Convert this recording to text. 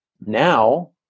now